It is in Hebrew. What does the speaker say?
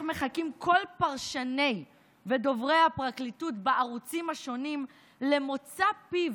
מחכים כל פרשני ודוברי הפרקליטות בערוצים השונים למוצא פיו